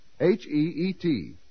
H-E-E-T